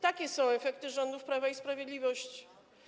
Takie są efekty rządów Prawa i Sprawiedliwości.